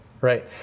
Right